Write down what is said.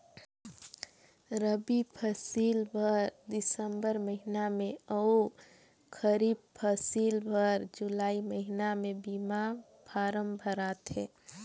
रबी फसिल बर दिसंबर महिना में अउ खरीब फसिल बर जुलाई महिना में बीमा फारम भराथे